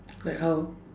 like how